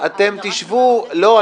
אתם תשבו על --- זה לא שבעה תיקים.